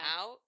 out